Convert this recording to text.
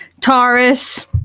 Taurus